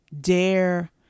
dare